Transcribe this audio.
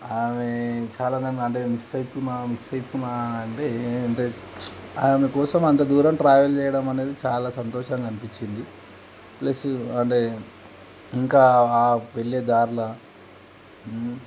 ఆమె చాలా నిజంగా అంటే మిస్ అవుతున్నాను మిస్ అవుతున్నా అంటే ఆమె కోసం అంత దూరం ట్రావెల్ చేయడం అనేది చాలా సంతోషంగా అనిపించింది ప్లస్ అంటే ఇంకా ఆ వెళ్ళే దారిలో